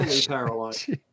paralyzed